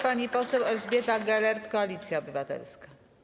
Pani poseł Elżbieta Gelert, Koalicja Obywatelska.